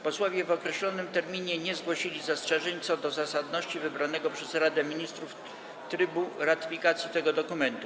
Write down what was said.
Posłowie w określonym terminie nie zgłosili zastrzeżeń co do zasadności wybranego przez Radę Ministrów trybu ratyfikacji tego dokumentu.